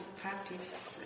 practice